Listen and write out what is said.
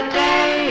day